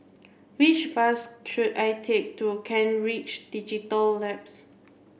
which bus should I take to Kent Ridge Digital Labs